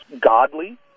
godly